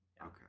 Okay